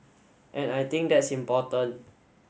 and I think that's important